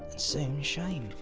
soon shame,